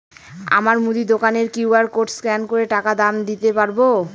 আমার মুদি দোকানের কিউ.আর কোড স্ক্যান করে টাকা দাম দিতে পারব?